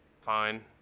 fine